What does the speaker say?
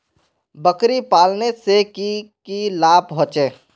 बकरी पालने से की की लाभ होचे?